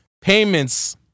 payments